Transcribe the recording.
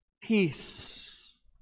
Peace